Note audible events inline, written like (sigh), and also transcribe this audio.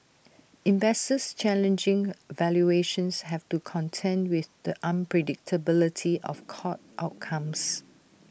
investors challenging valuations have to contend with the unpredictability of court outcomes (noise)